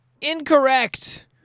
Incorrect